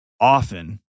Often